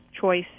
choice